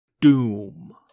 Doom